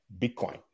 Bitcoin